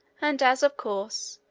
and as, of course,